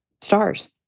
stars